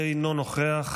אינו נוכח,